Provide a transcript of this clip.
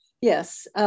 Yes